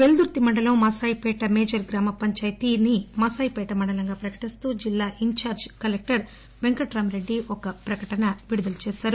పెల్దుర్తి మండలం మాసాయిపేట మేజర్ గ్రామ పంచాయతీ మాసాయిపేట మండలం ప్రకటిస్తూ జిల్లా ఇంచార్ల్ కలెక్టర్ పెంకట్ రామీ రెడ్డి ఒక ప్రకటనలో విడుదల చేశారు